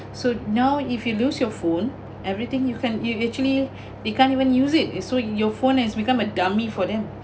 so you now if you lose your phone everything you can it it actually we can't even use it so your phone is become a dummy for them